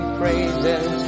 praises